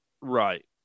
Right